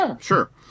sure